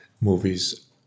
movies